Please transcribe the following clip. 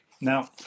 now